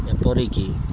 ଯେପରିକି